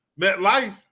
MetLife